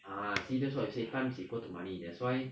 ah see that's what you say time is equal to money that's why